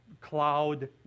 cloud